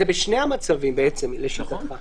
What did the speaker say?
זה בשני המצבים בעצם, לשיטתך.